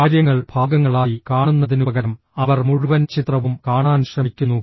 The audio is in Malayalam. കാര്യങ്ങൾ ഭാഗങ്ങളായി കാണുന്നതിനുപകരം അവർ മുഴുവൻ ചിത്രവും കാണാൻ ശ്രമിക്കുന്നു